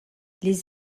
les